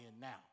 now